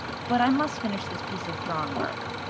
but i must finish this piece of drawn work.